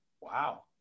Wow